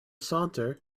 saunter